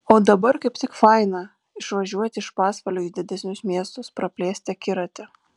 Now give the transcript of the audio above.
o dabar kaip tik faina išvažiuoti iš pasvalio į didesnius miestus praplėsti akiratį